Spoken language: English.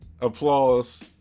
Applause